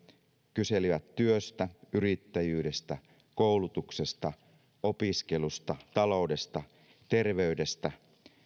kyselivät työstä yrittäjyydestä koulutuksesta opiskelusta taloudesta terveydestä